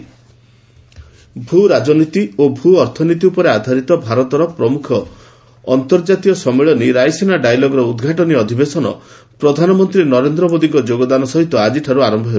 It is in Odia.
ରାଇସିନା ଡାଏଲଗ୍ ଭୂ ରାଜନୀତି ଓ ଭୂ ଅର୍ଥନୀତି ଉପରେ ଆଧାରିତ ଭାରତର ପ୍ରମୁଖ ଅନ୍ତର୍ଜାତୀୟ ସମ୍ମିଳନୀ ରାଇସିନା ଡାଏଲଗ୍ ର ଉଦ୍ଘାଟନୀ ଅଧିବେଶନ ପ୍ରଧାନମନ୍ତ୍ରୀ ନରେନ୍ଦ୍ର ମୋଦୀଙ୍କ ଯୋଗଦାନ ସହିତ ଆଜିଠାରୁ ଆରମ୍ଭ ହେବ